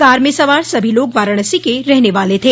car में सवार सभी लोग वाराणसी के रहने वाले थे